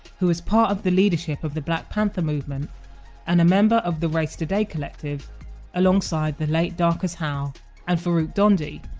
who was part of the leadership of the black panther movement and a member of the race today collective alongside the late darcus howe and farrukh dhondy,